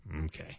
Okay